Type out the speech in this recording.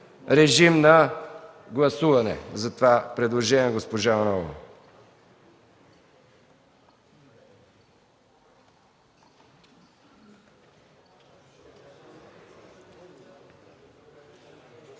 режим на гласуване за това предложение на госпожа Манолова!